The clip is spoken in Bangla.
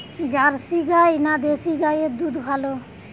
জার্সি গাই না দেশী গাইয়ের দুধ ভালো?